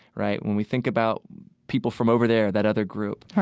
right, when we think about people from over there, that other group, right,